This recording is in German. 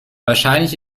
wahrscheinlich